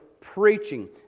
preaching